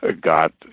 got